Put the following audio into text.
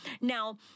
Now